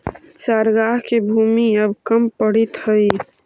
चरागाह के भूमि अब कम पड़ीत हइ